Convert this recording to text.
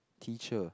teacher